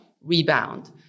rebound